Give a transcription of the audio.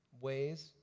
ways